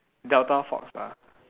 delta fox lah